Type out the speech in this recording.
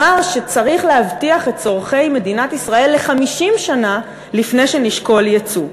שצריך להבטיח את צורכי מדינת ישראל ל-50 שנה לפני שנשקול ייצוא.